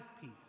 peace